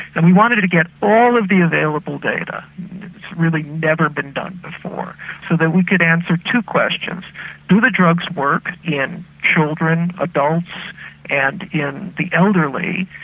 and we wanted to get all of the available data that's really never been done before so that we could answer two questions do the drugs work in children, adults and in the elderly?